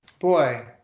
Boy